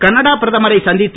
Canada பிரதமரை சந்தித்து